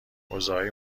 حوزههای